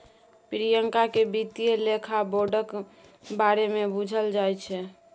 प्रियंका केँ बित्तीय लेखा बोर्डक बारे मे बुझल छै